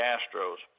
Astros